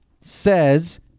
says